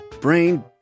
brain